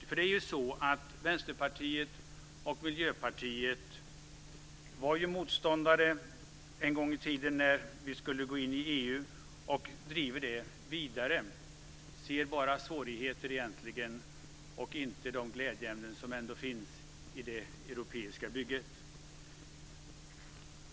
För det är ju så: Vänsterpartiet och Miljöpartiet var motståndare en gång i tiden när vi skulle gå in i EU och driver detta vidare. De ser egentligen bara svårigheter och inte de glädjeämnen som ändå finns i det europeiska bygget.